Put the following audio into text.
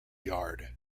yard